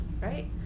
right